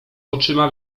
oczyma